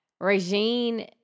Regine